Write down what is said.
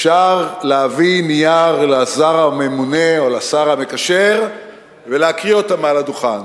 אפשר להביא נייר לשר הממונה או לשר המקשר ולהקריא אותו על הדוכן.